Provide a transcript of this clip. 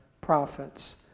prophets